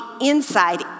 inside